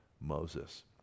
Moses